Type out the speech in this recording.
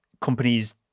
companies